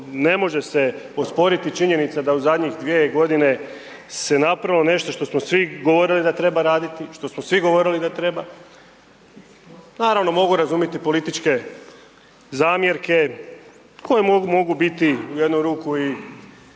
ne može se osporiti činjenica da u zadnjih 2 godine se napravilo nešto što smo svi govorili da treba raditi, što smo svi govorili da treba. Naravno, mogu razumjeti političke zamjerke, koje mogu biti u jednu ruku i